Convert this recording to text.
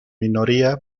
minoría